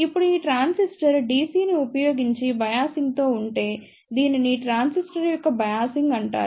ఇప్పుడు ఈ transistor DC ని ఉపయోగించి బయాసింగ్ తో ఉంటే దీనిని ట్రాన్సిస్టర్ యొక్క బయాసింగ్ అంటారు